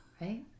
right